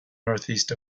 northeast